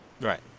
Right